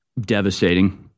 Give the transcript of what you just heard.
Devastating